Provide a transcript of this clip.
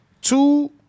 two